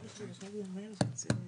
נדבר על חתך של החברה הערבית הישראלית,